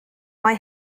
mae